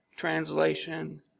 translation